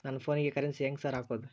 ನನ್ ಫೋನಿಗೆ ಕರೆನ್ಸಿ ಹೆಂಗ್ ಸಾರ್ ಹಾಕೋದ್?